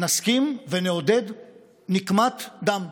נסכים לנקמת דם ונעודד נקמת דם.